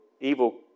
evil